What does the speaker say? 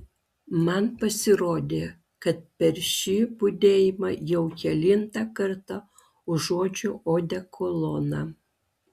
man pasirodė kad per šį budėjimą jau kelintą kartą užuodžiu odekoloną